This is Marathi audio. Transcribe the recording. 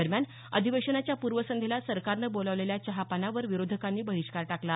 दरम्यान अधिवेशनाच्या पूर्वसंध्येला सरकारनं बोलावलेल्या चहापानावर विरोधकांनी बहिष्कार टाकला